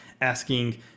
asking